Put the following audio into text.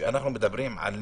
שאנחנו מדברים על ניתוחים,